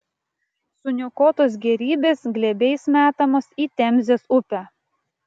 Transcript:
suniokotos gėrybės glėbiais metamos į temzės upę